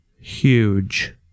Huge